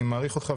אני מעריך אותך,